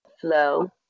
flow